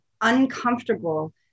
uncomfortable